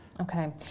Okay